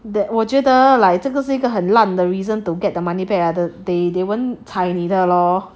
that 我觉得 like 这个是一个很烂的 reason to get the money back the they won't 睬你的咯